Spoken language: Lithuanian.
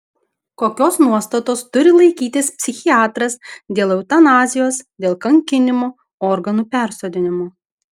kokios nuostatos turi laikytis psichiatras dėl eutanazijos dėl kankinimo organų persodinimo